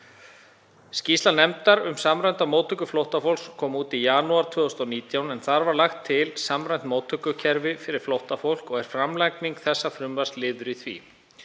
Skýrsla nefndar um samræmda móttöku flóttafólks kom út í janúar 2019 en þar var lagt til samræmt móttökukerfi fyrir flóttafólk og er framlagning þessa frumvarps liður í því.